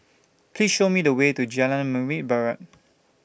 Please Show Me The Way to Jalan Membina Barat